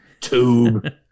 tube